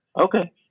okay